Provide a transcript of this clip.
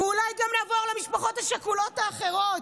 אולי נעבור גם למשפחות השכולות האחרות,